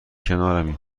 کنارمی